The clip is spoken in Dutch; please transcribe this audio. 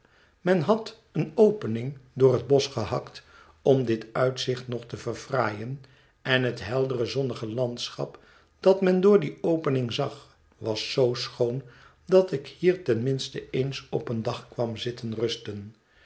men had eene opening door het bosch gehakt om dit uitzicht nog te verfraaien en het heldere zonnige landschap dat men door die opening zag was zoo schoon dat ik hier ten minste eens op een dag kwam zitten rusten